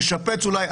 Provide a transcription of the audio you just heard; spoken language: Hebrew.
לשפץ אולי,